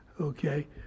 Okay